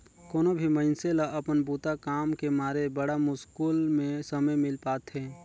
कोनो भी मइनसे ल अपन बूता काम के मारे बड़ा मुस्कुल में समे मिल पाथें